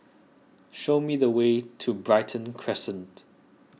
show me the way to Brighton Crescent